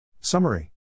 Summary